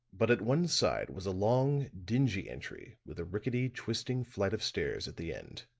but at one side was a long, dingy entry with a rickety, twisting flight of stairs at the end.